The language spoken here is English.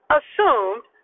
assumed